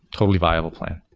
totally viable plan.